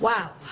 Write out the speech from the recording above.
wow.